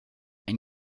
ein